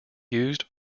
used